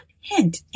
hint